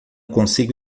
consigo